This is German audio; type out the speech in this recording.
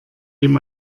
ihm